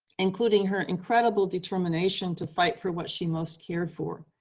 including her incredible determination to fight for what she most cared for.